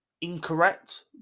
incorrect